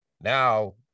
now